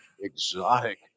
Exotic